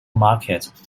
market